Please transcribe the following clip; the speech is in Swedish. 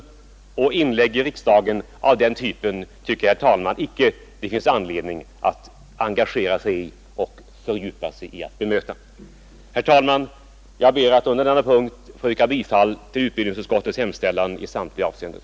När det gäller inlägg i riksdagen av den typen tycker jag, herr talman, icke att det finns anledning att engagera sig och fördjupa sig i ett bemötande. Herr talman! Jag ber att under denna punkt få yrka bifall till utbildningsutskottets hemställan i samtliga avseenden.